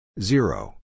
Zero